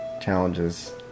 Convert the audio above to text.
challenges